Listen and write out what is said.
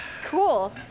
Cool